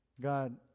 God